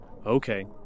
Okay